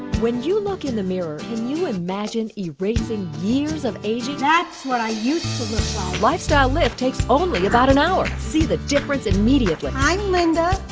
when you look in the mirror, can you imagine erasing years of aging? that's what i used lifestyle lift takes only about an hour. see the difference immediately. i'm linda.